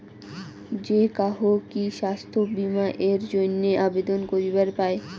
যে কাহো কি স্বাস্থ্য বীমা এর জইন্যে আবেদন করিবার পায়?